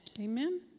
Amen